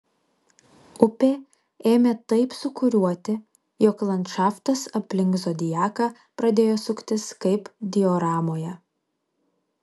upė ėmė taip sūkuriuoti jog landšaftas aplink zodiaką pradėjo suktis kaip dioramoje